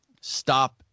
stop